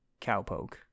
Cowpoke